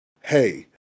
Hey